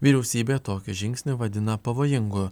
vyriausybė tokį žingsnį vadina pavojingu